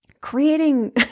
creating